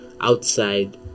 Outside